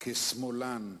כשמאלן,